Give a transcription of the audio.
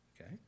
Okay